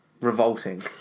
revolting